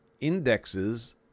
indexes